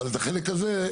אבל את החלק הזה,